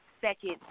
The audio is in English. second